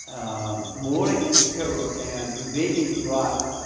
um war against terror and invading iraq.